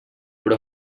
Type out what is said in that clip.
però